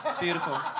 Beautiful